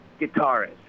guitarist